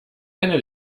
eine